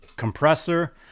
Compressor